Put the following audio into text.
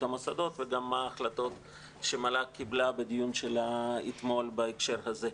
המוסדות וגם מה ההחלטות שמל"ג קיבלה בדיון אתמול בהקשר הזה.